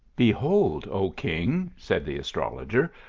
behold, o king, said the astrologer,